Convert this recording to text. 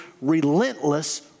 relentless